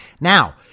Now